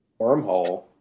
wormhole